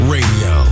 Radio